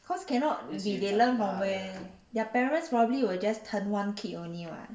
cause cannot be they learn from there their parents will probably just 疼 one kid only [what]